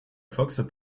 fox